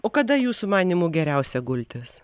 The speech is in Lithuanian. o kada jūsų manymu geriausia gultis